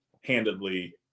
handedly